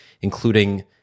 including